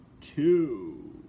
two